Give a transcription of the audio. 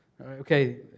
Okay